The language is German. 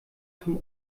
vom